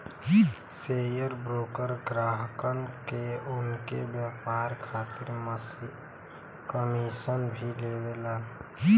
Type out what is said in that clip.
share broker ग्राहकन से उनके व्यापार खातिर कमीशन भी लेवला